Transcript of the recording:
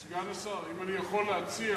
סגן השר, אם אני יכול להציע